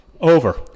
over